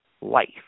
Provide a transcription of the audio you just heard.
life